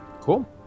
Cool